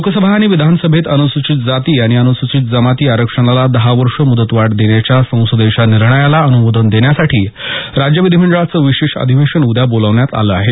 लोकसभा आणि विधानसभेत अनुसूचित जाती आणि अनुसूचित जमाती आरक्षणाला दहा वर्ष मुदतवाढ देण्याच्या संसदेच्या निर्णयाला अनुमोदन देण्यासाठी राज्य विधीमंडळाचं विशेष अधिवेशन उद्या बोलावण्यात आलं आहे